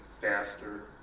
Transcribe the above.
faster